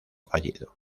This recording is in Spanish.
fallido